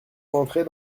entrait